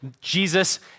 Jesus